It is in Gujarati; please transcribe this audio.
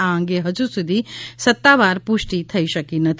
આ અંગે હજુ સુધી સ ત્તાવાર પુષ્ટી થઇ શકી નથી